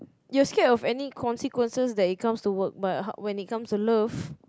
you scared of any consequences that it comes to work but when it comes to love